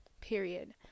Period